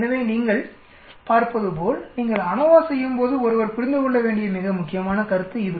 எனவே நீங்கள் பார்ப்பதுபோல்நீங்கள் அநோவா செய்யும்போது ஒருவர் புரிந்து கொள்ள வேண்டிய மிக முக்கியமான கருத்து இது